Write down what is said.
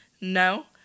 No